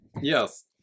yes